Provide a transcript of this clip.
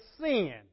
sin